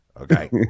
okay